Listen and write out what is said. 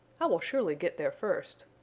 i will surely get there first.